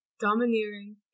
domineering